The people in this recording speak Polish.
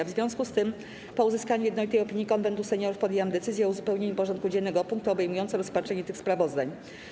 W związku z tym, po uzyskaniu jednolitej opinii Konwentu Seniorów, podjęłam decyzję o uzupełnieniu porządku dziennego o punkty obejmujące rozpatrzenie tych sprawozdań.